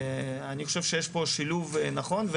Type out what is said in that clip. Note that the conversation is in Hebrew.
חושב שיש פה שילוב נכון.